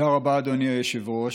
תודה רבה, אדוני היושב-ראש.